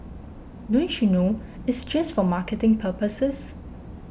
don't you know it's just for marketing purposes